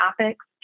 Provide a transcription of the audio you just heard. topics